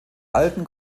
alten